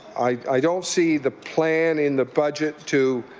i don't see the plan in the budget to